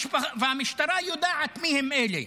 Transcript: והמשטרה יודעת מי הם אלה.